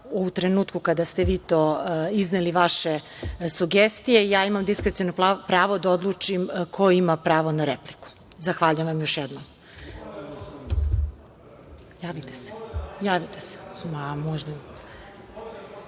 u trenutku kada ste vi izneli vaše sugestije ja imam diskreciono pravo da odlučim ko ima pravo na repliku. Zahvaljujem vam još jednom.(Đorđe